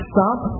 Stop